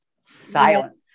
Silence